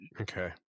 okay